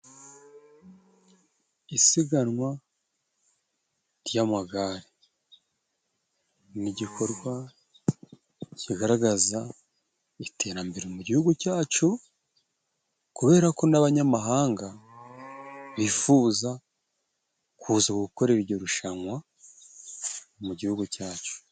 Isiganwa ry'amagare. Ni igikorwa kigaragaza iterambere mu Gihugu cacu, kubera ko n'abanyamahanga bifuza kuza gukora iryo rushanwa mu Gihugu cyacu.